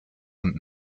und